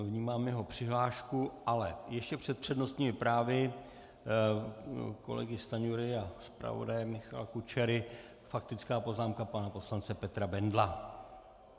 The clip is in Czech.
V ní mám jeho přihlášku, ale ještě před přednostními právy kolegy Stanjury a zpravodaje Michala Kučery faktická poznámka pana poslance Petra Bendla.